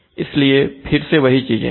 इसलिए फिर से वही चीजें हैं